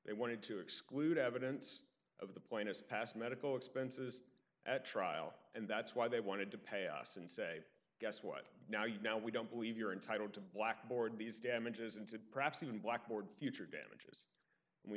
they wanted to exclude evidence of the plaintiff's past medical expenses at trial and that's why they wanted to pay us and say guess what now you now we don't believe you're entitled to blackboard these damages and perhaps even blackboards future damage and we